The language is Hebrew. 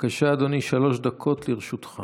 בבקשה, אדוני, שלוש דקות לרשותך.